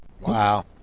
Wow